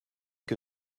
que